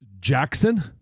Jackson